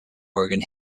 oregon